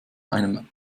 einem